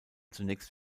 zunächst